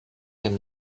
dem